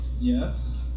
Yes